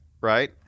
right